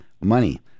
money